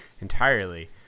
entirely